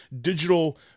digital